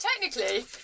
technically